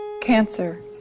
Cancer